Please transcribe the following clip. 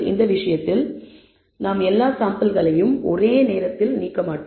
இந்த விஷயத்தில் நாம் எல்லா சாம்பிள்களையும் ஒரே நேரத்தில் நீக்க மாட்டோம்